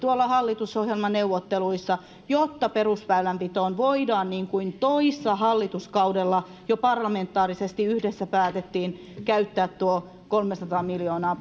hallitusohjelmaneuvotteluissa jotta perusväylänpitoon voidaan niin kuin jo toissa hallituskaudella parlamentaarisesti yhdessä päätettiin käyttää tuo kolmesataa miljoonaa